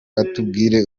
atubwire